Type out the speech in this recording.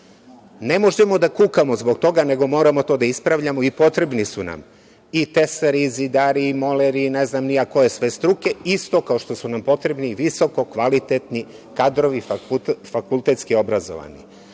možemo da kukamo zbog toga, nego moramo to da ispravljamo i potrebni su nam i tesari, i zidari, i moleri, ne znam ni ja koje sve struke, isto kao što su nam potrebni i visoko kvalitetni kadrovi fakultetski obrazovani. Normalno,